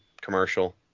commercial